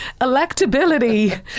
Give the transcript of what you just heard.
Electability